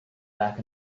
back